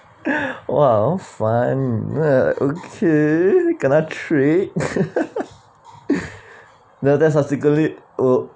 !wow! fun kena tricked no that's popsicle oh